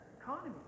economy